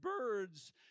birds